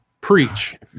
Preach